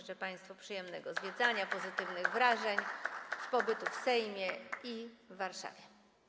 Życzę państwu przyjemnego zwiedzania i pozytywnych wrażeń z pobytu w Sejmie i w Warszawie.